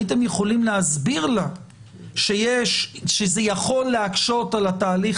הייתם יכולים להסביר לה שזה יכול להקשות על התהליך